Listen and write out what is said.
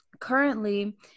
currently